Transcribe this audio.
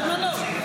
למה לא?